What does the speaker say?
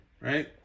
right